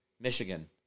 Michigan